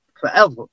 Forever